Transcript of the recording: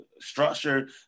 structure